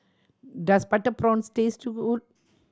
does butter prawns taste good